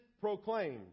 proclaimed